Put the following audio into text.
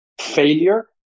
failure